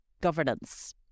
governance